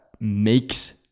makes